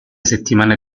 settimane